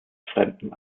fremden